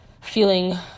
feeling